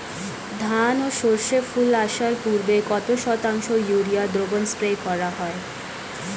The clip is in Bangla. ধান ও সর্ষে ফুল আসার পূর্বে কত শতাংশ ইউরিয়া দ্রবণ স্প্রে করা হয়?